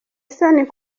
isoni